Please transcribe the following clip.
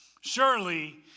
Surely